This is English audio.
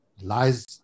lies